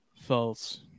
False